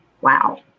Wow